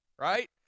Right